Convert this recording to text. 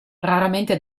raramente